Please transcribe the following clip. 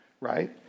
right